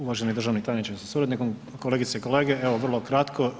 Uvaženi državni tajniče sa suradnikom, kolegice i kolege, evo vrlo kratko.